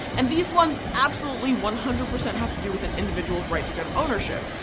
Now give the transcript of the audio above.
and these ones absolutely one hundred percent have to do with an individual's right to gun ownership.